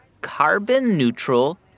carbon-neutral